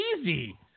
easy